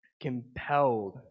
compelled